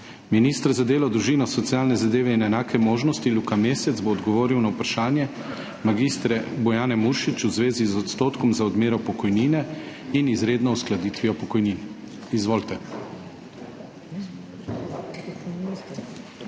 Minister za delo, družino, socialne zadeve in enake možnosti Luka Mesec bo odgovoril na vprašanje mag. Bojane Muršič v zvezi z odstotkom za odmero pokojnine in izredno uskladitvijo pokojnin. Izvolite.